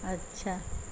اچھا